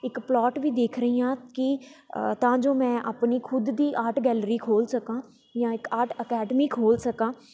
ਇੱਕ ਪਲੋਟ ਵੀ ਦੇਖ ਰਹੀ ਹਾਂ ਕਿ ਤਾਂ ਜੋ ਮੈਂ ਆਪਣੀ ਖੁਦ ਦੀ ਆਰਟ ਗੈਲਰੀ ਖੋਲ ਸਕਾਂ ਜਾਂ ਇੱਕ ਆਰਟ ਅਕੈਡਮੀ ਖੋਲ ਸਕਾਂ